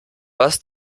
was